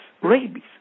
rabies